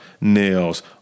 nails